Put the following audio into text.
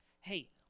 Hey